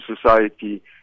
society